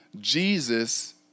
Jesus